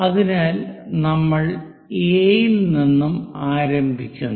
അതിനാൽ നമ്മൾ എ യിൽ നിന്ന് ആരംഭിക്കുന്നു